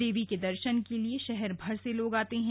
देवी के दर्शन के लिए शहर भर से लोग आते हैं